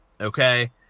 Okay